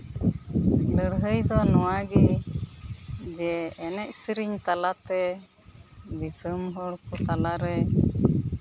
ᱞᱟᱹᱲᱦᱟᱹᱭ ᱫᱚ ᱱᱚᱣᱟ ᱜᱮ ᱡᱮ ᱮᱱᱮᱡ ᱥᱮᱨᱮᱧ ᱛᱟᱞᱟᱛᱮ ᱫᱤᱥᱚᱢ ᱦᱚᱲ ᱠᱚ ᱛᱟᱞᱟ ᱨᱮ